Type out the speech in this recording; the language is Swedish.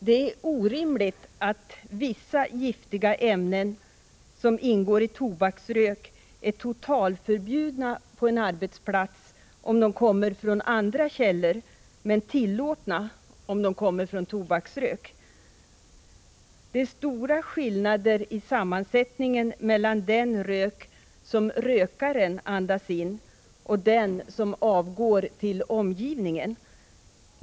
Det är orimligt att vissa giftiga ämnen som ingår i tobaksrök är totalförbjudna på en arbetsplats om de kommer från andra källor men tillåtna om de kommer från tobaksrök. Det är stora skillnader i sammansättningen mellan den rök som rökaren andas in och den som avgår till omgivningen.